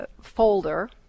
folder